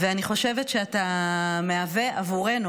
אני חושבת שאתה מהווה בעבורנו,